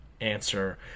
answer